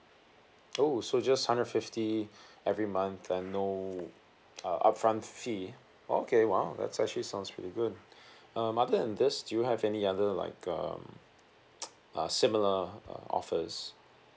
oh so just hundred fifty every month and no uh upfront fee okay !wow! that's actually sounds pretty good um other than this do you have any other like um uh similar uh offers